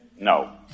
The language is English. No